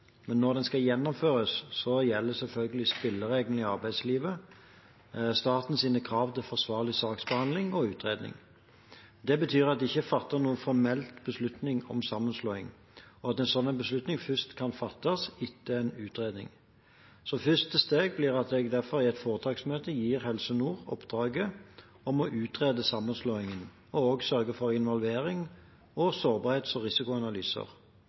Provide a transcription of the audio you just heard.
men når den skal gjennomføres, gjelder selvfølgelig spillereglene i arbeidslivet og statens krav til forsvarlig saksbehandling og utredning. Det betyr at det ikke er fattet noen formell beslutning om sammenslåing, og at en slik beslutning først kan fattes etter en utredning. Første steg blir derfor at jeg i et foretaksmøte gir Helse Nord oppdraget om å utrede sammenslåingen og også å sørge for involvering og sårbarhets- og risikoanalyser.